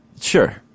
Sure